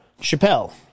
Chappelle